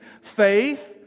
faith